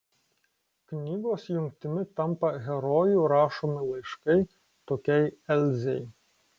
knygos jungtimi tampa herojų rašomi laiškai tokiai elzei